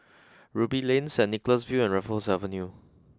Ruby Lane Saint Nicholas View and Raffles Avenue